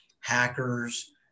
hackers